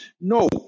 No